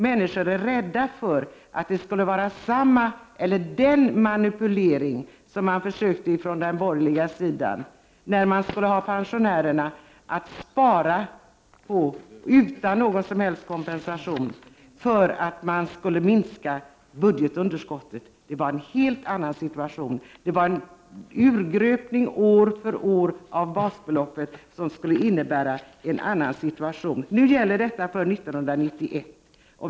Människor är rädda för att det är fråga om ett slags manipulering som man försökte från den borgerliga sidan: man skulle få pensionärer att spara utan någon som helst kompensation för att vi skulle kunna minska budgetunderskottet. Det var en helt annan situation. År efter år urgröps basbeloppet. Nu gäller detta för 1991.